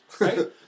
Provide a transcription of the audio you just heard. right